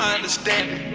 um understand